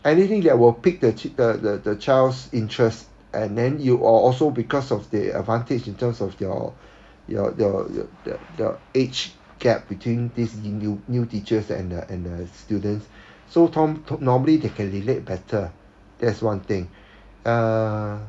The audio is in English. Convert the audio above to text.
anything that will pique the the the the child's interest and then you are also because of the advantage in terms of your your the the the age gap between these new new teachers and the and the students so 他们 normally they can relate better that's one thing uh